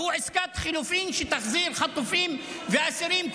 והוא עסקת חילופין שתחזיר חטופים ואסירים,